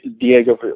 Diego